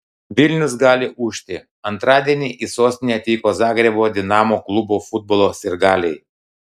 vilnius gali ūžti antradienį į sostinę atvyko zagrebo dinamo klubo futbolo sirgaliai